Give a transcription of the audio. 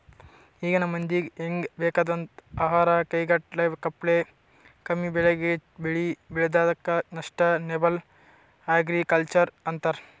ಈಗಿನ್ ಮಂದಿಗ್ ಹೆಂಗ್ ಬೇಕಾಗಂಥದ್ ಆಹಾರ್ ಕೈಗೆಟಕಪ್ಲೆ ಕಮ್ಮಿಬೆಲೆಗ್ ಬೆಳಿ ಬೆಳ್ಯಾದಕ್ಕ ಸಷ್ಟನೇಬಲ್ ಅಗ್ರಿಕಲ್ಚರ್ ಅಂತರ್